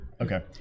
Okay